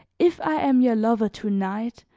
if i am your lover to-night,